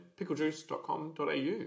PickleJuice.com.au